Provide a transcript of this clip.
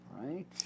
Right